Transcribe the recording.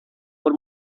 por